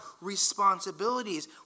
responsibilities